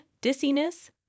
dizziness